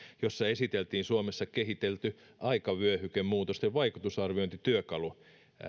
jossa esiteltiin suomessa kehitelty aikavyöhykemuutosten vaikutusarviointityökalu